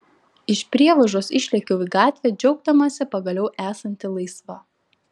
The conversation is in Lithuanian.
iš prievažos išlėkiau į gatvę džiaugdamasi pagaliau esanti laisva